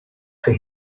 for